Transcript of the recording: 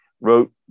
wrote